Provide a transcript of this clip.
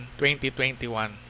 2021